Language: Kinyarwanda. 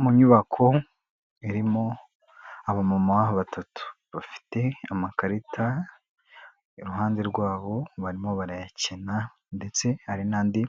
Mu nyubako irimo abamama batatu bafite amakarita iruhande rwabo, barimo barayakina ndetse hari n'andi